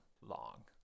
long